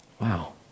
wow